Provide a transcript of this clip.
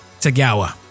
Tagawa